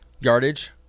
Yardage